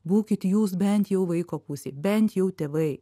būkit jūs bent jau vaiko pusėj bent jau tėvai